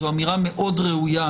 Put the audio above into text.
זו אמירה מאוד ראויה.